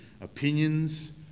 opinions